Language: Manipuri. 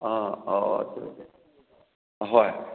ꯑꯥ ꯑꯗꯨ ꯑꯍꯣꯏ